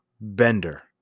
Bender